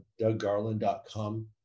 DougGarland.com